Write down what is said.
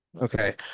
okay